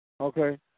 Okay